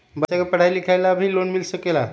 बच्चा के पढ़ाई लिखाई ला भी लोन मिल सकेला?